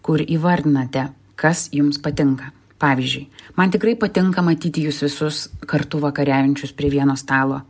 kur įvardinate kas jums patinka pavyzdžiui man tikrai patinka matyti jus visus kartu vakariaujančius prie vieno stalo